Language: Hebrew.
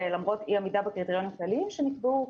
למרות אי העמידה בקריטריונים כלליים שנקבעו,